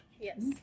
Yes